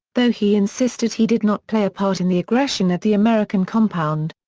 though he insisted he did not play a part in the aggression at the american compound.